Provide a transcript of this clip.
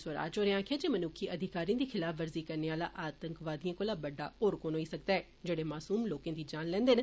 स्वराज होरें आक्खेआ जे मनुक्खी अधिकारें दी खिलाफवर्जी करने आला आतंकवादिएं कोला बड्डा होर कुन होई सकदा ऐ जेड़े मासूम लोकें दी जान लैन्दे न